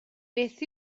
beth